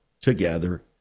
together